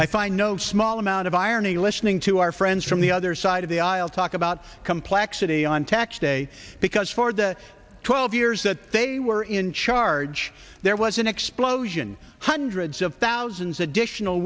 courtesy i find no small amount of irony listening to our friends from the other side of the aisle talk about complexity on tax day because for the twelve years that they were in charge there was an explosion hundreds of thousands additional